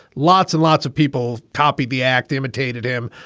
lots and lots of people copy the act, imitated him,